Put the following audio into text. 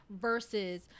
versus